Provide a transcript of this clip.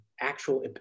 actual